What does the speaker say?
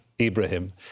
Ibrahim